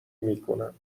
میکنم